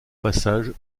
passages